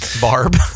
Barb